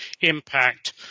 impact